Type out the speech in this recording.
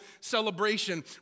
celebration